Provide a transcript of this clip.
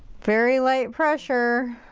very light pressure.